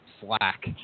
slack